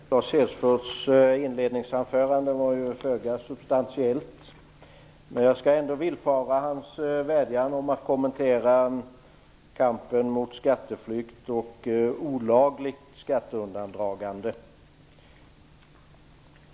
Fru talman! Lars Hedfors inledningsanförande var föga substantiellt. Jag skall ändå villfara hans vädjan och kommentera detta med kampen mot skatteflykt och olagligt skatteundandragande.